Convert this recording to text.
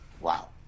Wow